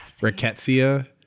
rickettsia